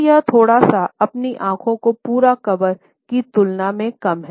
तो यह थोड़ा सा अपनी आँखों को पूरा कवर की तुलना में कम है